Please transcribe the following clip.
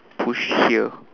push here